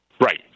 Right